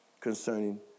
concerning